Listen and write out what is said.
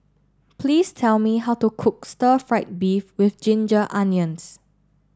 please tell me how to cook Stir Fried Beef with Ginger Onions